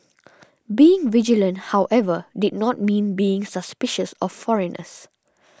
being vigilant however did not mean being suspicious of foreigners